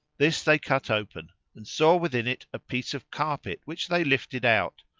this they cut open and saw within it a piece of carpet which they lifted out,